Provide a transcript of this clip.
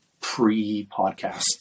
pre-podcasts